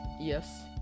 Yes